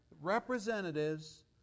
Representatives